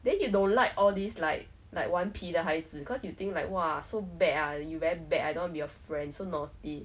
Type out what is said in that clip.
then you don't like all these like like 顽皮的孩子 cause you think like !wah! so bad ah you very bad I don't wanna be your friend so naughty